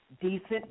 decent